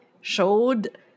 showed